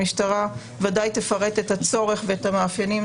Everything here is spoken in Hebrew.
המשטרה ודאי תפרט את הצורך ואת המאפיינים